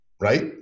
right